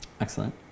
Excellent